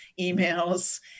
emails